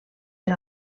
per